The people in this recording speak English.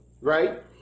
right